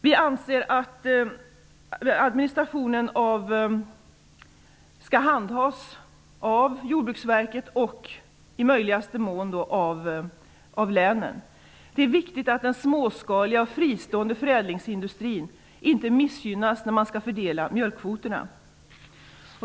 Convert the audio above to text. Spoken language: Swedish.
Vi anser att administrationen skall handhas av Jordbruksverket och i möjligaste mån av länen. Det är viktigt att den småskaliga och fristående förädlingsindustrin inte missgynnas när man skall fördela mjölkvoterna.